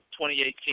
2018